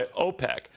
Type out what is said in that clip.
OPEC